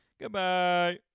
Goodbye